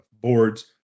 boards